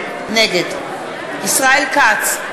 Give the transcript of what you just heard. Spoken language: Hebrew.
נגד ישראל כץ,